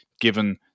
given